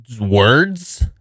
words